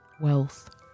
wealth